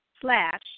slash